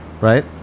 Right